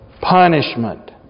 punishment